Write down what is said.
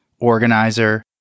organizer